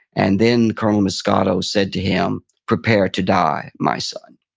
and then colonel moscardo said to him, prepare to die, my son.